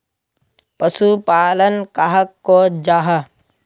पशुपालन कहाक को जाहा?